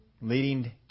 Leading